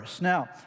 Now